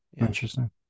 Interesting